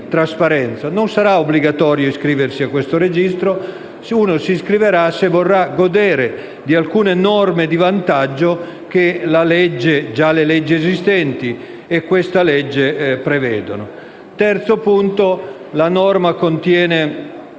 Non sarà obbligatorio iscriversi a tale registro; ci si iscriverà se si vorrà godere di alcune norme di vantaggio che già le leggi esistenti e questo disegno di legge prevedono. Terzo punto: la delega contiene